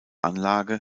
anlage